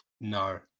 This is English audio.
No